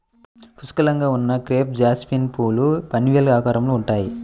పుష్కలంగా ఉన్న crepe jasmine పువ్వులు పిన్వీల్ ఆకారంలో ఉంటాయి